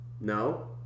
No